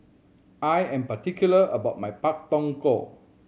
I am particular about my Pak Thong Ko